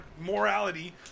morality